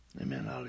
Amen